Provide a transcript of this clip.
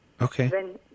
Okay